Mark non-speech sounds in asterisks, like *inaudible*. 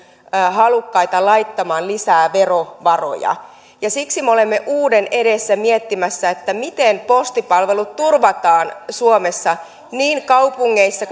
halukkaita laittamaan lisää verovaroja siksi me olemme uuden edessä miettimässä miten postipalvelut turvataan suomessa niin kaupungeissa *unintelligible*